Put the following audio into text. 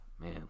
Man